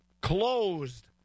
closed